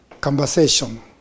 conversation